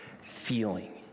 feeling